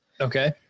Okay